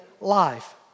life